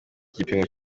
gipimo